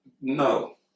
No